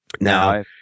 Now